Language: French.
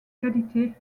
qualité